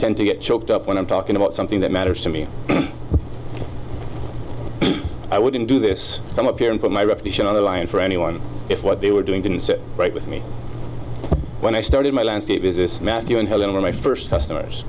tend to get choked up when i'm talking about something that matters to me i wouldn't do this come up here and put my reputation on the line for anyone if what they were doing didn't sit right with me when i started my landscape business matthew and helen were my first customer